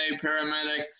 paramedics